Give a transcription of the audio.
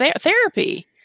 therapy